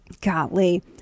Golly